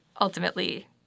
ultimately